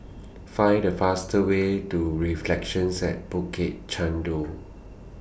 Find The faster Way to Reflections At Bukit Chandu